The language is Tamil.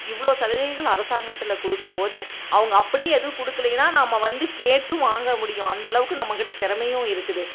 இவ்வளோ சலுகைகள் அரசாங்கத்தில் கொடுக்கும்போது அவங்க அப்படியே எதுவும் கொடுக்கலைன்னா நாம் வந்து கேட்டு வாங்க முடியும் அந்தளவுக்கு நம்ம கிட்ட திறமையும் இருக்குது